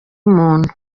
muntu